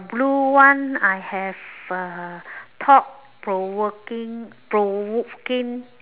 the blue one I have uh thought provoking provoking